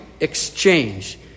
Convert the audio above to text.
exchange